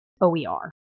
OER